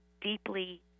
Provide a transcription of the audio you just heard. deeply